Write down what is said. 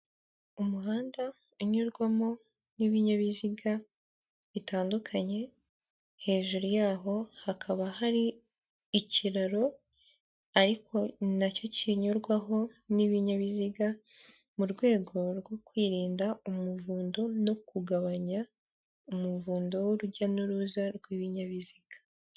Umuhanda unyurwamo n'ibinyabiziga bitandukanye, hejuru yaho hakaba hari ikiraro ariko na cyo kinyurwaho n'ibinyabiziga mu rwego rwo kwirinda umuvundo no kugabanya umuvundo w'urujya n'uruza rw'ibinyabiziga.